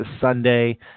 Sunday